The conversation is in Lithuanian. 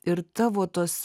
ir tavo tos